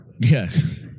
Yes